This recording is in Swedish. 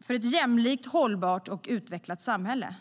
för ett jämlikt, hållbart och utvecklat samhälle.